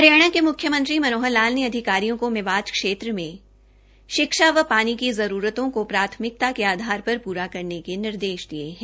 हरियाणा के म्ख्यमंत्री श्री मनोहर लाल ने अधिकारियों को मेवात क्षेत्र में शिक्षा व पानी की जरूरतों को प्राथमिकता के आधार पर पूरा करने के निर्देश दिए हैं